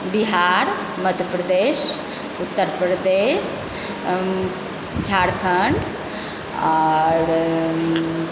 Bihar Madhya Pradesh Uttar Pradesh Jharkhand आर